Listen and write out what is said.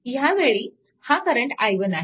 ह्यावेळी हा current i1 आहे